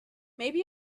maybe